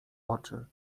oczy